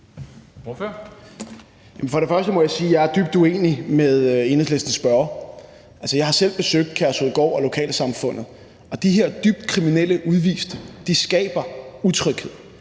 For det første må jeg sige, at jeg er dybt uenig med spørgeren fra Enhedslisten. Jeg har selv besøgt Kærshovedgård og lokalsamfundet, og de her dybt kriminelle udviste skaber utryghed.